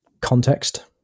context